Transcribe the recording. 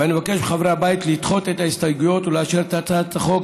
ואני מבקש מחברי הבית לדחות את ההסתייגויות ולאשר את הצעת החוק